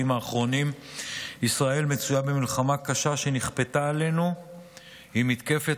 האחרונים ישראל מצויה במלחמה קשה שנכפתה עלינו עם מתקפת